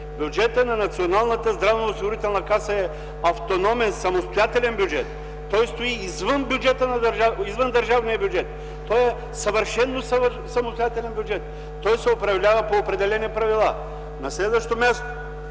Бюджетът на Националната здравноосигурителна каса е автономен, самостоятелен. Той стои извън държавния бюджет. Той е съвършено самостоятелен. Управлява се по определени правила. На следващо място,